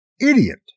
idiot